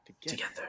together